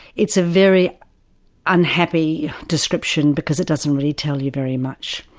it's a very unhappy description because it doesn't really tell you very much.